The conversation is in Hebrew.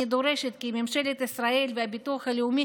אני דורשת כי ממשלת ישראל והביטוח הלאומי